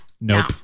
Nope